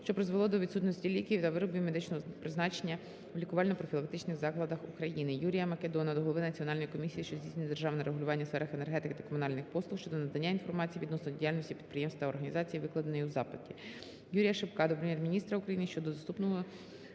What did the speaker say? що призвело до відсутності ліків та виробів медичного призначення в лікувально-профілактичних закладах України. Юрія Македона до Голови Національної комісії, що здійснює державне регулювання у сферах енергетики та комунальних послуг щодо надання інформації відносно діяльності підприємств та організацій, викладеної у запиті. Андрія Шипка до Прем'єр-міністра України щодо доступного